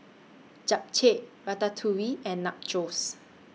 Japchae Ratatouille and Nachos